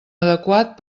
adequat